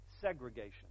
segregation